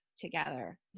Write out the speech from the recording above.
together